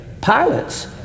pilots